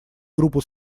группу